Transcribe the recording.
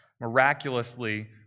miraculously